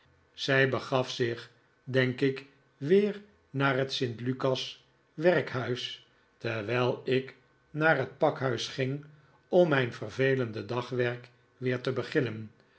zij begaf zich denk ik weer naar het st lucas werkhuis terwijl ik naar het pakhuis ging om mijn vervelende dagwerk weer te beginnen